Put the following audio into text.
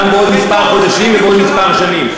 גם בעוד כמה חודשים ובעוד כמה שנים.